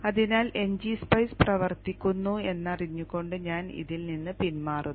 അതിനാൽ ngSpice പ്രവർത്തിക്കുന്നു എന്നറിഞ്ഞുകൊണ്ട് ഞാൻ ഇതിൽ നിന്ന് പിന്മാറുന്നു